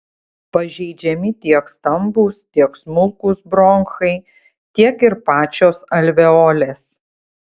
pažeidžiami tiek stambūs tiek smulkūs bronchai tiek ir pačios alveolės